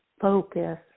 focus